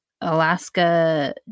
Alaska